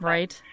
Right